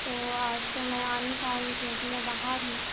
तो आज तो मैं आ नहीं पाऊँगी क्योंकि मैं बाहर हूँ